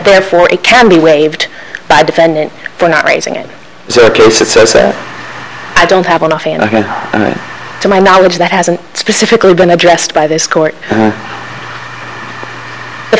therefore it can be waived by the defendant for not raising it so i don't have enough to my knowledge that hasn't specifically been addressed by this court and the